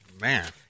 Man